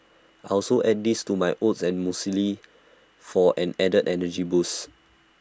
I also add these to my oats or muesli for an added energy boost